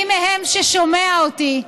מי מהם ששומע אותי,